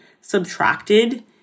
subtracted